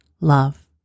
Love